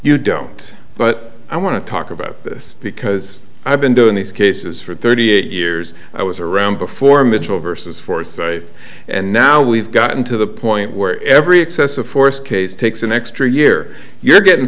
you don't but i want to talk about this because i've been doing these cases for thirty eight years i was around before michel versus for and now we've gotten to the point where every excessive force case takes an extra year you're getting